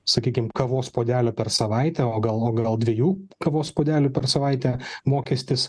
sakykim kavos puodelio per savaitę o gal o gal dviejų kavos puodelių per savaitę mokestis